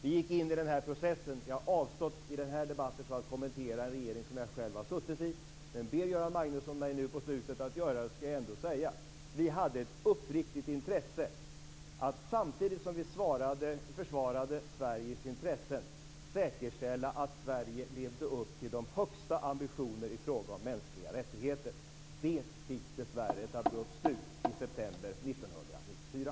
Jag har i denna debatt avstått att kommentera en regering jag själv har suttit i, men om Göran Magnusson ber mig på slutet att göra det skall jag säga följande. Vi hade ett uppriktigt intresse att samtidigt som vi försvarade Sveriges intressen säkerställa att Sverige levde upp till de högsta ambitionerna i fråga om mänskliga rättigheter. Det fick dessvärre ett abrupt slut i september 1994.